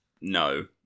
No